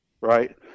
right